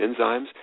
enzymes